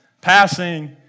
Passing